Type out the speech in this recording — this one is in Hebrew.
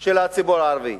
של הציבור הערבי.